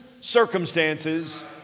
circumstances